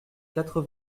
quatre